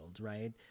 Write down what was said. right